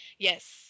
Yes